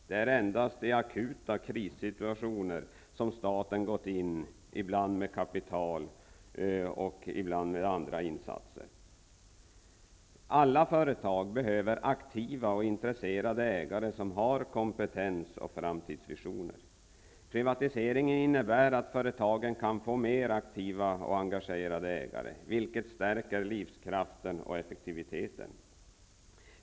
Det är endast i akuta krissituationer som staten ibland gått in med kapital och ibland med andra insatser. Alla företag behöver aktiva och intresserade ägare som har kompetens och framtidsvisioner. Privatiseringen innebär att företagen kan få mer aktiva och engagerade ägare, vilket stärker livskraften och effektiviteten.